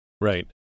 Right